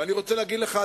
ואני רוצה להגיד לך,